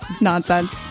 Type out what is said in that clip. nonsense